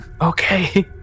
Okay